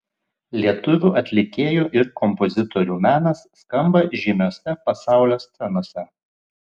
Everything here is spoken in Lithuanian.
lietuvių atlikėjų ir kompozitorių menas skamba žymiose pasaulio scenose